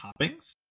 toppings